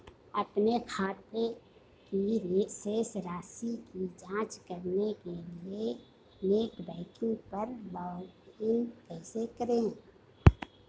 अपने खाते की शेष राशि की जांच करने के लिए नेट बैंकिंग पर लॉगइन कैसे करें?